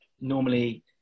normally